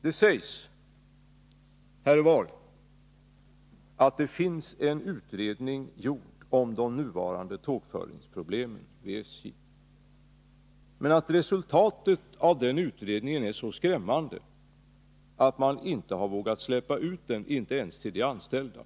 Det sägs bland de anställda att det finns en utredning gjord om de nuvarande tågföringsproblemen vid SJ, men att resultatet av den utredningen är så skrämmande att man inte har vågat släppa ut den ens till de anställda.